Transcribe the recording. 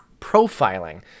profiling